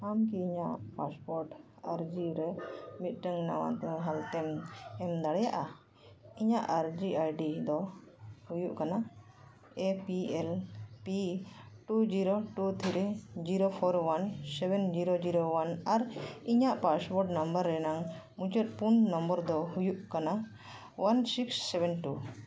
ᱟᱢ ᱠᱤ ᱤᱧᱟᱹᱜ ᱯᱟᱥᱯᱳᱨᱴ ᱟᱨᱡᱤ ᱨᱮ ᱢᱤᱫᱴᱟᱱ ᱱᱟᱣᱟ ᱫᱚ ᱦᱟᱞᱛᱮᱢ ᱮᱢ ᱫᱟᱲᱮᱭᱟᱜᱼᱟ ᱤᱧᱟᱹᱜ ᱟᱨᱡᱤ ᱟᱭᱰᱤ ᱫᱚ ᱦᱩᱭᱩᱜ ᱠᱟᱱᱟ E P L P two zero two three zero four one seven zero zero one ᱟᱨ ᱤᱧᱟᱹᱜ ᱯᱟᱥᱯᱳᱨᱴ ᱱᱟᱢᱵᱟᱨ ᱨᱮᱱᱟᱜ ᱢᱩᱪᱟᱹᱫ ᱯᱩᱱ ᱱᱚᱢᱵᱚᱨ ᱫᱚ ᱦᱩᱭᱩᱜ ᱠᱟᱱᱟ ᱚᱣᱟᱱ ᱥᱤᱠᱥ ᱥᱮᱵᱷᱮᱱ ᱴᱩ